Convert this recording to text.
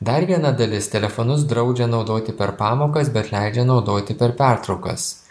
dar viena dalis telefonus draudžia naudoti per pamokas bet leidžia naudoti per pertraukas